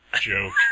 joke